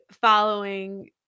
following